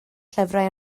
llyfrau